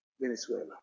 Venezuela